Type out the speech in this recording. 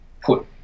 put